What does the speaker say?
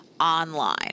online